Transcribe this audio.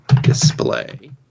display